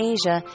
Asia